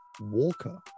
Walker